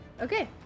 Okay